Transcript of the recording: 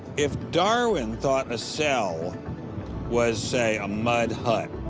if darwin thought a cell was, say, a mud hut,